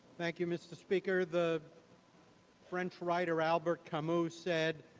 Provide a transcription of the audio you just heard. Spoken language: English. thank you, mr. speaker. the french writer albert camus said,